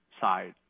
side